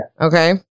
Okay